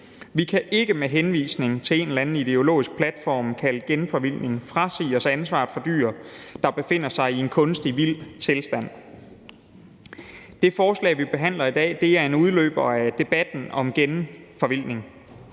Vi kan ikke med henvisning til en eller anden ideologisk platform kaldet genforvildning frasige os ansvar for dyr, der befinder sig i en kunstig vild tilstand. Det forslag, vi behandler i dag, er en udløber af debatten om genforvildning.